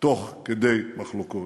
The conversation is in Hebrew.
תוך כדי מחלוקות,